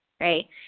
right